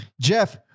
Jeff